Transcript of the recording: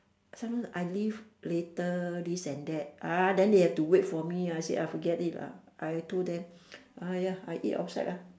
some I leave later this and that ah then they have to wait for me ah I say forget it lah I told them !aiaya! I eat outside lah